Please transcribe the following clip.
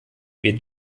wir